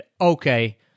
Okay